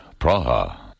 Praha